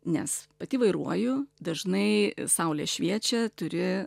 nes pati vairuoju dažnai saulė šviečia turi